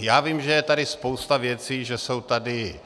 Já vím, že je tady spousta věcí, že jsou tady